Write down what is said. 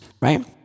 right